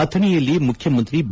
ಅಥಣೆಯಲ್ಲಿ ಮುಖ್ಡಮಂತ್ರಿ ಬಿ